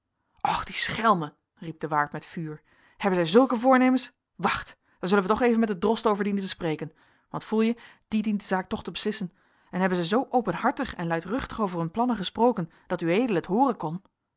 die schelmen riep de waard met vuur hebben zij zulke voornemens wacht daar zullen wij toch even met den drost over dienen te spreken want voel je die dient de zaak toch te beslissen en hebben zij zoo openhartig en luidruchtig over hun plannen gesproken dat ued het hooren kon